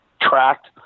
tracked